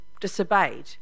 disobeyed